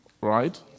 Right